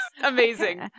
amazing